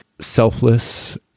selfless